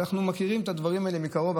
אנחנו מכירים את הדברים האלה מקרוב.